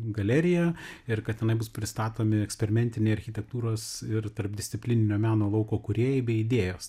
galerija ir kad tenai bus pristatomi eksperimentiniai architektūros ir tarpdisciplininio meno lauko kūrėjai bei idėjos